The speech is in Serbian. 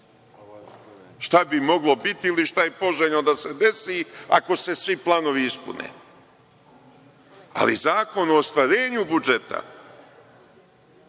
Šta bi moglo biti ili šta je poželjno da se desi ako se svi planovi ispune? Ali, zakon o ostvarenju budžeta